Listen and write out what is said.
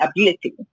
ability